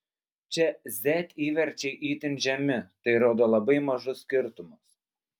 čia z įverčiai itin žemi tai rodo labai mažus skirtumus